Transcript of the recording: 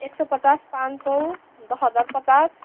एक सय पचास पाँच सय दस हजार पचास